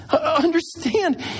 Understand